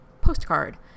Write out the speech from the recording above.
postcard